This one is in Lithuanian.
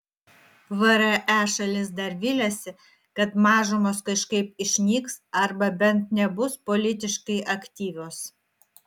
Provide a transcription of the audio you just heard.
vre šalis dar viliasi kad mažumos kažkaip išnyks arba bent nebus politiškai aktyvios